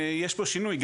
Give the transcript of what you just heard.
יש פה שינוי,